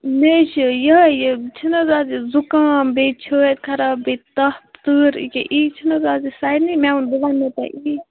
مےٚ حظ چھِ یِہوٚے یہِ چھِنہٕ حظ آز یہِ زُکام بیٚیہِ چھٲتۍ خراب بیٚیہِ تَپھ تۭر یہِ کیٛاہ یی چھِنہٕ حظ آز یہِ سارنی مےٚ ووٚن بہٕ وَنو تۄہہِ یی